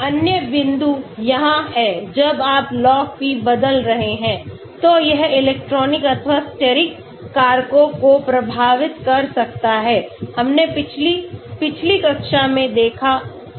एक अन्य बिंदु यह है जब आप Log P बदल रहे हैं तो यह इलेक्ट्रॉनिक अथवा steric कारकों को प्रभावित कर सकता है हमने पिछली पिछली कक्षाओं में देखा था